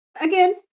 Again